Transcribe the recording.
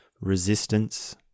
resistance